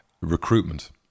recruitment